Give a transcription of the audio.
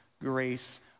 grace